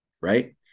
right